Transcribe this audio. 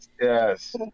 yes